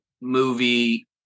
movie